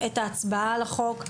את ההצבעה על החוק.